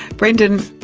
brendan,